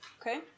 okay